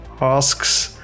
asks